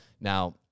Now